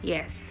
Yes